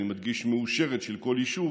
אני מדגיש: מאושרת, של כל יישוב